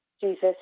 Jesus